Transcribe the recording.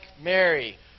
Mary